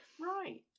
Right